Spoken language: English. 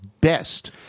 best